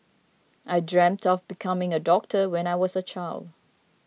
I dreamt of becoming a doctor when I was a child